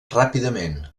ràpidament